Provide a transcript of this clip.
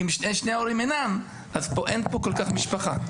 אם שני ההורים אינם אז אין פה כל כך משפחה.